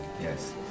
Yes